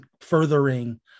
furthering